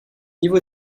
niveau